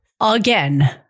again